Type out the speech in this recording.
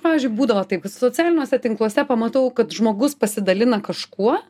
pavyzdžiui būdavo taip socialiniuose tinkluose pamatau kad žmogus pasidalina kažkuo